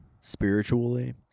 spiritually